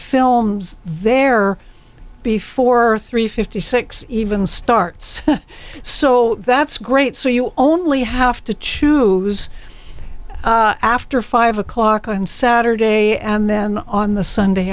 films there before three fifty six even starts so that's great so you only have to choose after five o'clock on saturday and then on the sunday